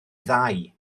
ddau